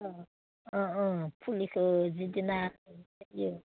अह अह अह फुलिखो जिदिना गायो